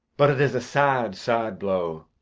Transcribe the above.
but it is a sad, sad blow.